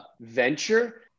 venture